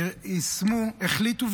החליטו,